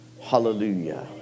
Hallelujah